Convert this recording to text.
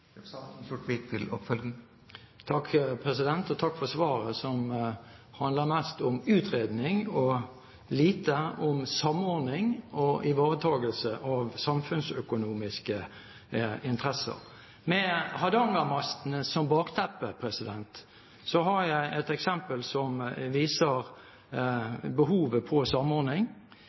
Takk for svaret, som handler mest om utredning og lite om samordning og ivaretakelse av samfunnsøkonomiske interesser. Med Hardanger-mastene som bakteppe har jeg et eksempel som viser behovet for samordning.